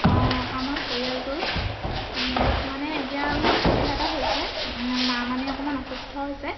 অঁ আমাৰ পৰিয়ালটোৰ মানে এতিয়া মানে অসুবিধা এটা হৈছে মা মানে অকণমান অসুস্থ হৈছে